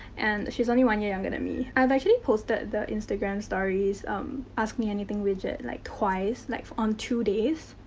and, she's only one year younger than me. i've actually posted the instagram stories um. ask me anything widget like twice. like. on two days.